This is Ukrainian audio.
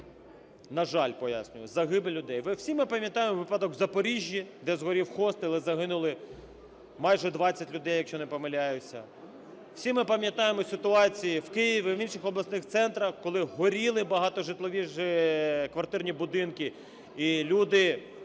на жаль, пояснюю, загибель людей. Всі ми пам'ятаємо випадок в Запоріжжі, де згорів хостел, і загинули майже 20 людей, якщо не помиляюся. Всі ми пам'ятаємо ситуації в Києві, в інших обласних центрах, коли горіли багатоквартирні будинки, і люди